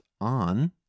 on